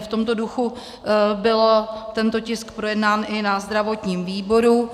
V tomto duchu byl tento tisk projednán i na zdravotním výboru.